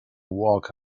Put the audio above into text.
walk